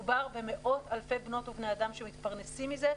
מדובר במאות אלפי בנות ובני אדם שמתפרנסים מזה.